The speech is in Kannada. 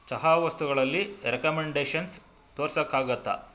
ಚಹಾ ವಸ್ತುಗಳಲ್ಲಿ ರೆಕಮೆಂಡೇಷನ್ಸ್ ತೋರಿಸೋಕ್ಕಾಗತ್ತಾ